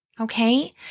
Okay